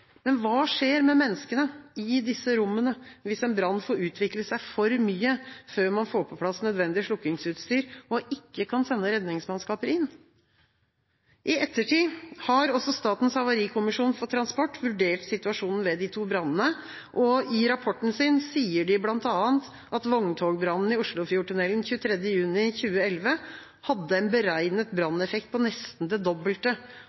Men hva skjer med menneskene i disse rommene hvis en brann får utvikle seg for mye før man får på plass nødvendig slokkingsutstyr, og man ikke kan sende redningsmannskaper inn? I ettertid har Statens havarikommisjon for transport vurdert situasjonen ved de to brannene. I rapporten sin sier de bl.a. at vogntogbrannen i Oslofjordtunnelen 23. juni 2011 hadde en beregnet branneffekt på nesten det dobbelte